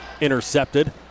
intercepted